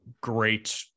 great